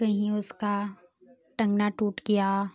कहीं उसका टंगना टूट गया